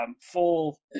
full